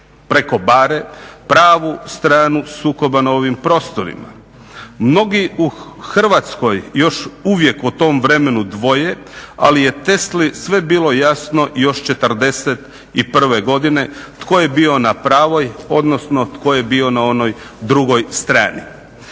preko bare pravu stranu sukoba na ovim prostorima. Mnogi u Hrvatskoj još uvijek o tom vremenu dvoje ali je Tesli sve bilo jasno još '41.godine tko je bio na pravoj odnosno tko je bio na onoj drugoj strani.